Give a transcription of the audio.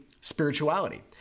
Spirituality